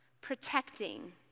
protecting